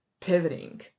pivoting